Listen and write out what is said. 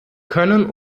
können